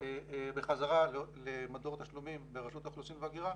בחזרה למדור תשלומים ברשות האוכלוסין וההגירה